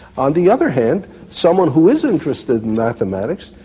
on the other hand, someone who is interested in mathematics,